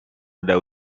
ada